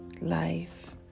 life